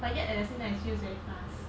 but yet at the same time it feels very fast